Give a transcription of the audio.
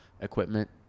equipment